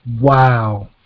Wow